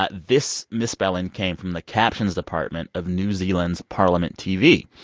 ah this misspelling came from the captions department of new zealand's parliament tv.